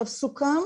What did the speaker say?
סוכם